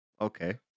Okay